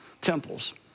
temples